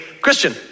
Christian